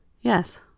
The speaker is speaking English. Yes